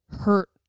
hurt